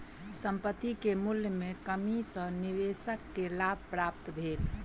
संपत्ति के मूल्य में कमी सॅ निवेशक के लाभ प्राप्त भेल